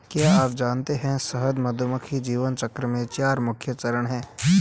क्या आप जानते है शहद मधुमक्खी जीवन चक्र में चार मुख्य चरण है?